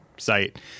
site